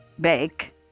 bake